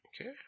okay